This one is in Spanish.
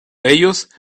ellos